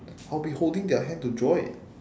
I will be holding their hand to draw it